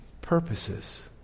purposes